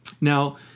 now